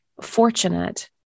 fortunate